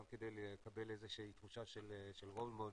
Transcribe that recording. גם כדי לקבל איזה שהיא תחושה של רול מודל,